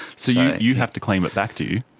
so yeah you have to claim it back, do you?